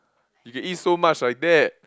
you can eat so much like that